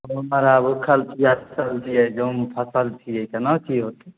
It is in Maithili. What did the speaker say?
ओ महाराज भूक्खल पिआसल छियै जाममे फँसल छियै केना की होयतै